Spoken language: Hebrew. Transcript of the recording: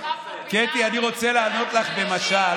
אני רוצה לענות לך במשל,